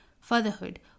fatherhood